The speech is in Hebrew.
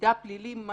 מידע פלילי,